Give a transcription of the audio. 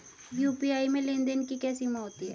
UPI में लेन देन की क्या सीमा होती है?